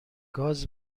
گاز